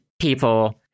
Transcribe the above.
people